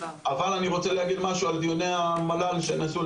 רוצה להגיד משהו על דיוני המל"ל שנעשו.